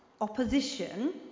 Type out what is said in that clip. opposition